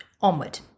onward